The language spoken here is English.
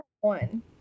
one